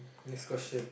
next question